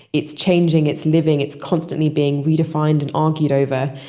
it's changing, it's living, it's constantly being redefined and argued over.